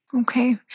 Okay